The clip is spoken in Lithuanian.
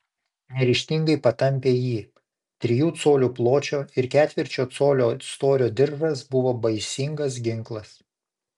neryžtingai patampė jį trijų colių pločio ir ketvirčio colio storio diržas buvo baisingas ginklas